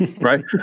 right